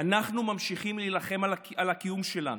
אנחנו ממשיכים להילחם על הקיום שלנו,